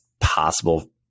possible